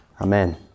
amen